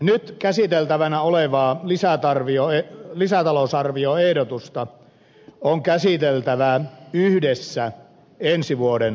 nyt käsiteltävänä olevaa lisätalousarvioehdotusta on käsiteltävä yhdessä ensi vuoden talousarvion kanssa